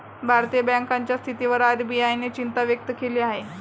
भारतीय बँकांच्या स्थितीवर आर.बी.आय ने चिंता व्यक्त केली आहे